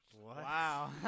Wow